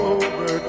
over